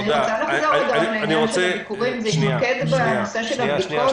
אני רוצה להתמקד בנושא של הבדיקות.